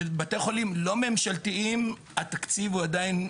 בתי חולים לא ממשלתיים, התקציב הוא עדיין,